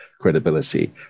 credibility